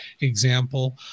example